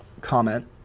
comment